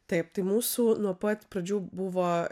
taip tai mūsų nuo pat pradžių buvo